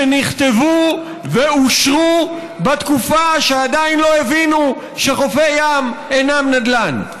שנכתבו ואושרו בתקופה שעדיין לא הבינו שחופי ים אינם נדל"ן.